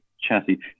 Chassis